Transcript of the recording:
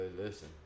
listen